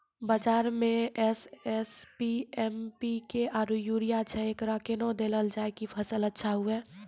बाजार मे SSP, MPK आरु यूरिया छैय, एकरा कैना देलल जाय कि फसल अच्छा हुये?